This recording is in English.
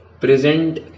present